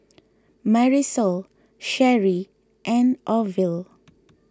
Marisol Sheri and Orvil